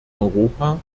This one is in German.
europa